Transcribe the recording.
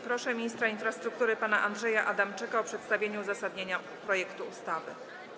Proszę ministra infrastruktury pana Andrzeja Adamczyka o przedstawienie uzasadnienia projektu ustawy.